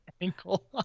ankle